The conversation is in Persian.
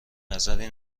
نظری